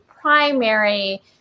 primary